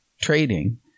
trading